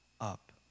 up